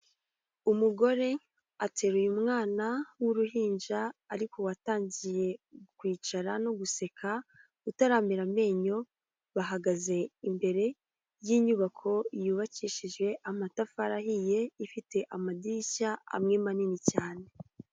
Umugore ateruye umwana w'uruhinja ariko watangiye kwicara no guseka, utaramera amenyo, bahagaze imbere y'inyubako yubakishije amatafari ahiye, ifite amadirishya amwe manini cyane.